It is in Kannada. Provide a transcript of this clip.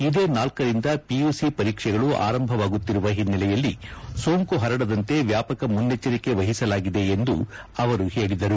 ಇದೇ ಳ ರಿಂದ ಪಿಯುಸಿ ಪರೀಕ್ಷೆಗಳು ಆರಂಭವಾಗುತ್ತಿರುವ ಹಿನ್ನೆಲೆಯಲ್ಲಿ ಸೋಂಕು ಹರಡದಂತೆ ವ್ಯಾಪಕ ಮುನ್ನೆಚ್ಚರಿಕೆ ವಹಿಸಲಾಗಿದೆ ಎಂದು ಅವರು ಹೇಳಿದರು